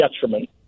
detriment